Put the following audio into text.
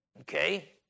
Okay